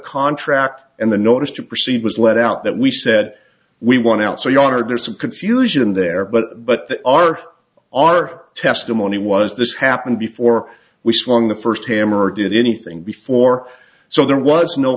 contract and the notice to proceed was let out that we said we want out so your honor there's some confusion there but but our our testimony was this happened before we swung the first hammer or did anything before so there was no